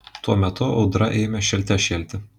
tuo metu audra ėmė šėlte šėlti